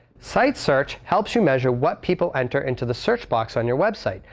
site search helps you measure what people enter into the search box on your website.